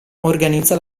organizza